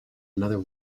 another